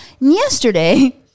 Yesterday